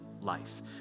life